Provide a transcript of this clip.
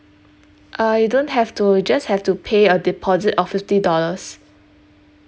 uh you don't have to you just have to pay a deposit of fifty dollars